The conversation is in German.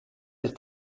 ist